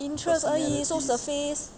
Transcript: interest 而已 so surface